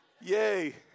Yay